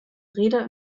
räder